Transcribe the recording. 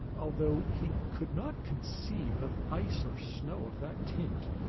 although he could not conceive of ice or snow of that tint.